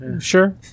sure